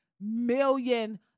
million